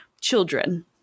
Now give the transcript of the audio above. children